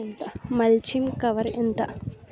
Mulching cover ఎంత?